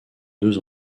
deux